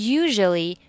usually